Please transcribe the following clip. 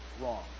wrong